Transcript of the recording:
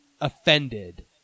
offended